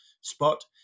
spot